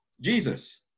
Jesus